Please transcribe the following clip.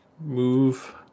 move